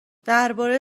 درباره